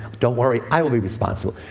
don't worry, i will be responsible.